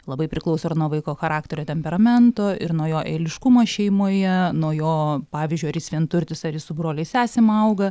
labai priklauso ir nuo vaiko charakterio temperamento ir nuo jo eiliškumo šeimoje nuo jo pavyzdžiui ar jis vienturtis ar jis su broliais sesėm auga